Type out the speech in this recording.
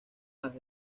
las